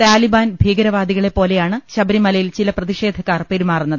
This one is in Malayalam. താലി ബാൻ ഭീകരവാദികളെപ്പോലെയാണ് ശബരിമലയിൽ ചില പ്രതി ഷേധക്കാർ പെരുമാറുന്നത്